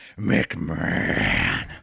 McMahon